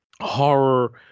Horror